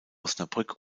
osnabrück